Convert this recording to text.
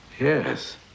Yes